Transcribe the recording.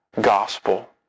gospel